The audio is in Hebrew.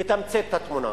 ממצה את התמונה.